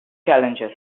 challenges